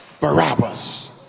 Barabbas